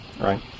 right